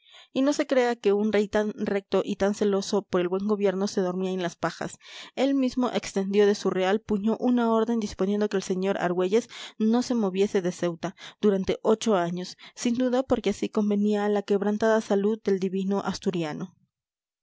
y no se crea que un rey tan recto y tan celoso por el buen gobierno se dormía en las pajas él mismo extendió de su real puño una orden disponiendo que el sr argüelles no se moviese de ceuta durante ocho años sin duda porque así convenía a la quebrantada salud del divino asturiano